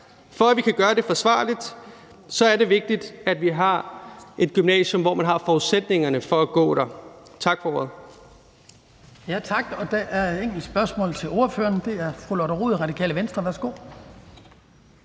For at vi kan gøre det forsvarligt, er det vigtigt, at vi har et gymnasium, hvor man har forudsætningerne for at gå der. Tak for ordet.